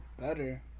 better